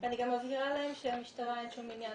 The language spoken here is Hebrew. אני מבהירה להן שלמשטרה אין עניין